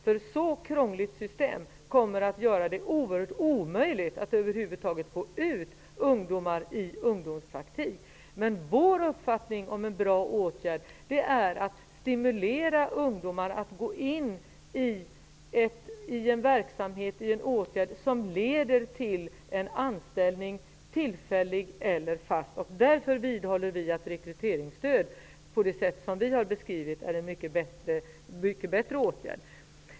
Ett så krångligt system kommer att göra det omöjligt att över huvud taget få ut ungdomar i ungdomspraktik. Vår uppfattning om en bra åtgärd är att den skall stimulera ungdomar att gå in i en verksamhet som leder till en anställning, tillfällig eller fast. Därför vidhåller vi att rekryteringsstöd, på det sätt som vi har beskrivit, är en mycket bättre åtgärd.